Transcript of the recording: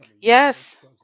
Yes